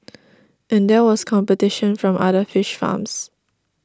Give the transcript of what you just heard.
and there was competition from other fish farms